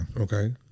Okay